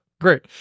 Great